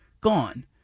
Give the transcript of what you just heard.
gone